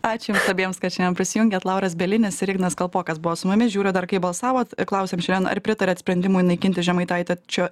ačiū jums abiems kad šiandien prisijungėt lauras bielinis ir ignas kalpokas buvo su mumis žiūriu dar kaip balsavot klausėm šiandien ar pritariat sprendimui naikinti žemaitait čio